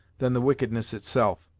than the wickedness itself.